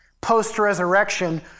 post-resurrection